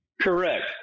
Correct